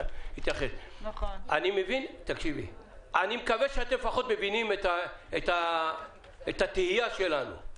אני מקווה שאתם לפחות מבינים את התהייה שלנו.